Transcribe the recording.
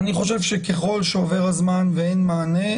אני חושב שככל שעובר הזמן ואין מענה,